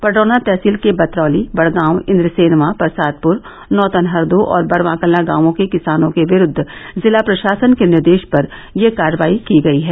पडरौना तहसील के बतरौली बड़गांव इंद्रसेनवा परसादपुर नौतन हर्दो और बरवा कला गांवों के किसानों के विरूद्ध जिला प्रशासन के निर्देश पर यह कार्रवाई की गई है